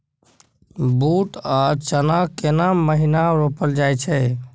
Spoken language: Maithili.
बूट आ चना केना महिना रोपल जाय छै?